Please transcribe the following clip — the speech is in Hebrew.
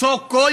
so called